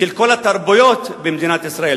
של כל התרבויות במדינת ישראל.